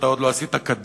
אתה עוד לא עשית קדימה.